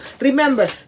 Remember